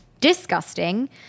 disgusting